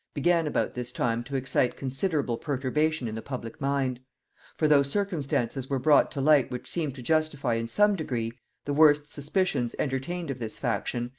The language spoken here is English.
began about this time to excite considerable perturbation in the public mind for though circumstances were brought to light which seemed to justify in some degree the worst suspicions entertained of this faction,